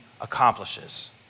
accomplishes